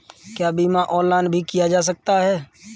क्या बीमा ऑनलाइन भी किया जा सकता है?